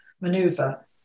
maneuver